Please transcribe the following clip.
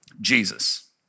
Jesus